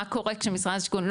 מה קורה כשמשרד השיכון,